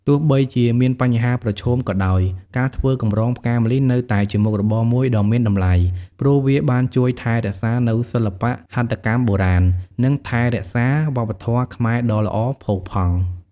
ទោះបីជាមានបញ្ហាប្រឈមក៏ដោយ ការធ្វើកម្រងផ្កាម្លិះនៅតែជាមុខរបរមួយដ៏មានតម្លៃ ព្រោះវាបានជួយថែរក្សានូវសិល្បៈហត្ថកម្មបុរាណ និងថែរក្សាវប្បធម៌ខ្មែរដ៏ល្អផូរផង់។